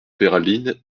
peyralines